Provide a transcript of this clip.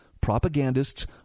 propagandists